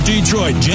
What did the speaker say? Detroit